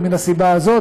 ומהסיבה הזאת,